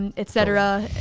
and et cetera,